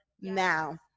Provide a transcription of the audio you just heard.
now